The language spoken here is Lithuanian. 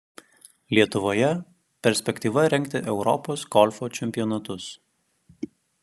lietuvoje perspektyva rengti europos golfo čempionatus